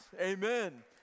amen